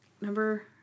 Number